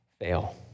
fail